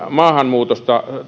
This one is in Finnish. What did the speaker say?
maahanmuutosta